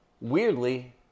weirdly